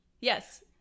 Yes